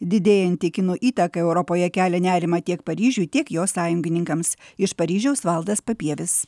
didėjanti kinų įtaką europoje kelia nerimą tiek paryžiui tiek jo sąjungininkams iš paryžiaus valdas papievis